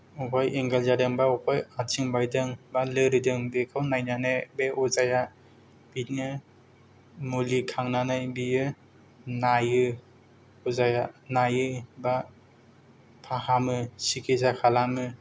बबेहाय एंगोल जादों बा बबेहाय आथिं बायदों बा लोरिदों बेखौ नायनानै बे अजाया बिदिनो मुलि खांनानै बियो नायो अजाया नायो बा फाहामो सिकित्सा खालामो